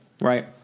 right